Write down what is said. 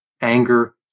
anger